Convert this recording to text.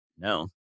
No